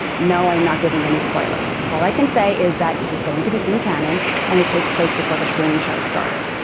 no, i'm not giving any spoilers. all i can say is that it is going to be in canon and it takes place before the streaming show started.